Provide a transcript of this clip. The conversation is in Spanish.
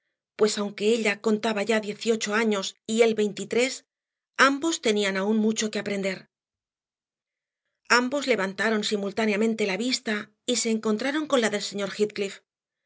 pues aunque ella contaba ya dieciocho años y él veintitrés ambos tenían aún mucho que aprender ambos levantaron simultáneamente la vista y se encontraron con la del señor